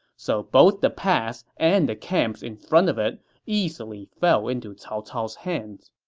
so both the pass and the camps in front of it easily fell into cao cao's hands